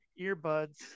earbuds